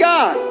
God